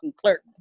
clerk